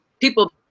people